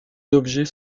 objets